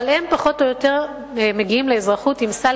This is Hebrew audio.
אבל הם פחות או יותר מגיעים לאזרחות עם סל